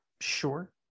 sure